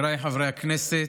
חבריי חברי הכנסת,